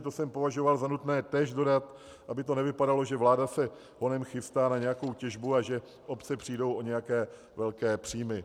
To jsem považoval za nutné též dodat, aby to nevypadalo, že vláda se honem chystá na nějakou těžbu a že obce přijdou o nějaké velké příjmy.